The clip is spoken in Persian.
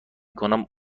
کنم